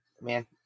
Man